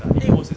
eh